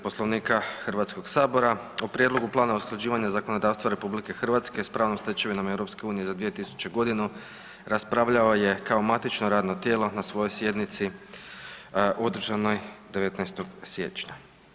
Poslovnika Hrvatskog sabora o prijedlogu plana usklađivanja zakonodavstva RH s pravnom stečevinom EU-a za 2020. g. raspravljao je kao matično radno tijelo na svojoj sjednici održanoj 19. siječnja.